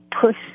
push